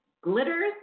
glitters